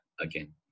again